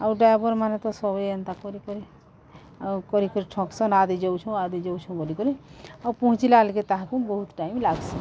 ଆଉ ଡ୍ରାଇଭର୍ ମାନେ ତ ସବୁ ଏନ୍ତା କରି କରି ଆଉ କରି କରି ଠକସନ୍ ଆଜି ଯାଉଛୁଁ ଆଜି ଯାଉଛୁଁ ବୋଲି କରି ଆଉ ପହଞ୍ଚିଲା ଲେକେ ତାହାକୁ ବହୁତ ଟାଇମ୍ ଲାଗ୍ସି